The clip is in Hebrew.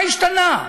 מה השתנה?